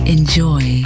Enjoy